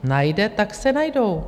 Najde, tak se najdou.